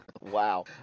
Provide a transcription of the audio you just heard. Wow